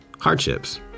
hardships